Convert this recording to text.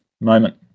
moment